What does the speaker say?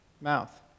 mouth